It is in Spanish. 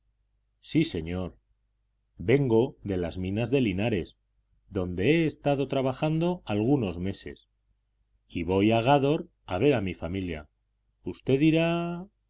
sí señor vengo de las minas de linares donde he estado trabajando algunos meses y voy a gádor a ver a mi familia usted irá